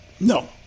No